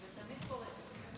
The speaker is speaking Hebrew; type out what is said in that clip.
זה תמיד קורה.